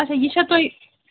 اَچھا یہِ چھا تُہۍ